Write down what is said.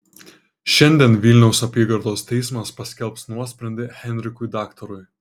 šiandien vilniaus apygardos teismas paskelbs nuosprendį henrikui daktarui